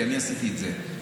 כי אני עשיתי את זה,